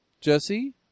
Jesse